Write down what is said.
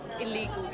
illegal